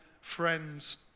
friends